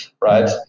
Right